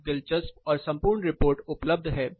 एक दिलचस्प और संपूर्ण रिपोर्ट उपलब्ध है